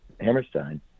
Hammerstein